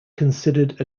considered